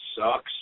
sucks